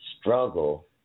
struggle